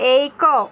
एक